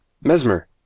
Mesmer